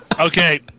Okay